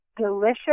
delicious